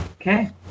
Okay